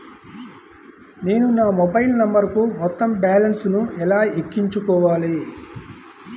నేను నా మొబైల్ నంబరుకు మొత్తం బాలన్స్ ను ఎలా ఎక్కించుకోవాలి?